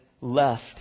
left